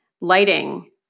lighting